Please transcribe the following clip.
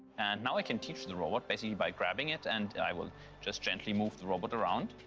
and now i can teach the robot, basically by grabbing it, and i will just gently move the robot around,